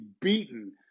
beaten